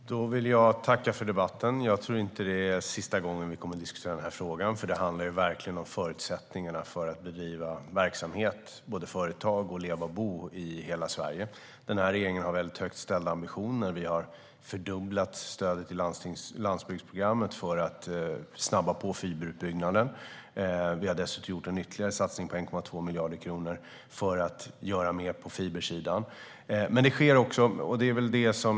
Herr talman! Då vill jag tacka för debatten. Jag tror inte att det är sista gången vi diskuterar den här frågan, för det handlar verkligen om förutsättningarna för att bedriva verksamhet i företag och att leva och bo i hela Sverige. Den här regeringen har höga ambitioner. Vi har fördubblat stödet till landsbygdsprogrammet för att snabba på fiberutbyggnaden. Vi har dessutom gjort en ytterligare satsning på 1,2 miljarder kronor för att göra mer på fibersidan.